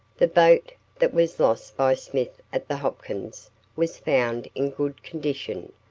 the boat that was lost by smith at the hopkins was found in good condition,